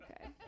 okay